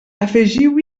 afegiu